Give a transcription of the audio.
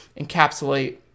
encapsulate